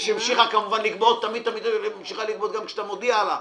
שהמשיכה לגבות כמובן תמיד ממשיכה לגבות גם כשאתה מודיע לה,